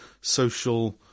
social